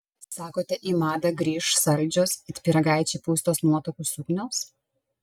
sakote į madą grįš saldžios it pyragaičiai pūstos nuotakų suknios